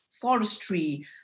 forestry